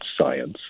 science